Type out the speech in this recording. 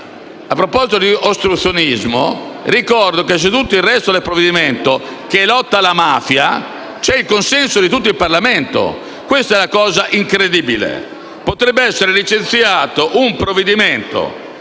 A proposito di ostruzionismo, ricordo che sul resto del provvedimento, in materia di lotta alla mafia, c'è il consenso di tutto il Parlamento. Questa è la cosa incredibile. Potrebbe essere licenziato un provvedimento